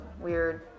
weird